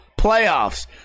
playoffs